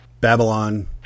babylon